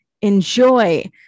Enjoy